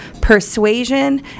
persuasion